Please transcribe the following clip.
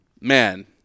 man